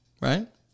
Right